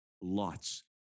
lots